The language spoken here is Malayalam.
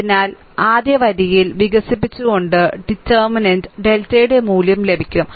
അതിനാൽ ആദ്യ വരിയിൽ വികസിപ്പിച്ചുകൊണ്ട് ഡിറ്റർമിനന്റ് ഡെൽറ്റയുടെ മൂല്യം ലഭിക്കും